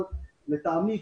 אבל לטעמי,